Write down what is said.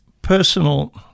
personal